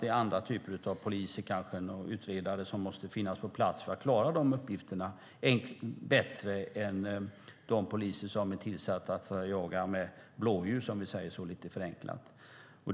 Kanske måste andra slags poliser och utredare finnas på plats för att klara uppgifterna bättre än de poliser som är tillsatta för att jaga med blåljus, som vi lite förenklat säger.